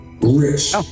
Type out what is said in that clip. rich